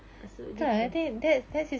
tak so depress